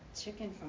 chicken